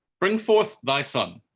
bring forth thy son